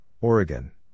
Oregon